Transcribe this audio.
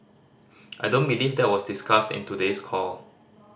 I don't believe that was discussed in today's call